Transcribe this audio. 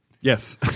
Yes